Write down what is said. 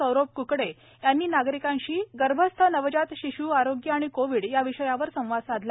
सौरभ क्बडे यांनी नागरिकांशी गर्भस्थनवजात शिश् आरोग्य आणि कोव्हिड या विषयावर संवाद साधला